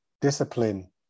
discipline